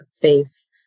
face